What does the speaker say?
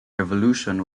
revolution